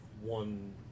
one